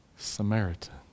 Samaritan